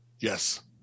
Yes